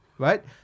Right